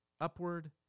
upward